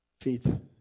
Faith